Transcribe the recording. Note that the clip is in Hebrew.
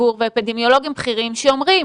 הציבור ואפידמיולוגים בכירים שאומרים